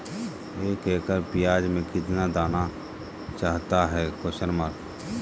एक एकड़ प्याज में कितना दाना चाहता है?